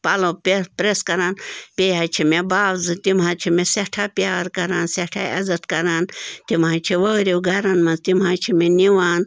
پَلو پرٛیٚس کَران پَلوَن بیٚیہِ حظ چھِ مےٚ باوزٕ تِم حظ چھِ مےٚ سٮ۪ٹھاہ پیار کَران سٮ۪ٹھاہ عزَت کَران تِم حظ چھِ وٲرِو گَرَن منٛز تِم حظ چھِ مےٚ نِوان